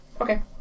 Okay